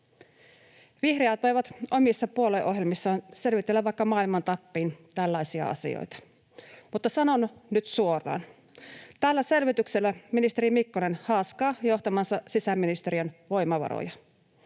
Vihreät voivat omissa puolueohjelmissaan selvitellä vaikka maailman tappiin tällaisia asioita, mutta sanon nyt suoraan: Tällä selvityksellä ministeri Mikkonen haaskaa johtamansa sisäministeriön voimavaroja.